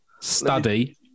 study